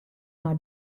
nei